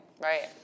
Right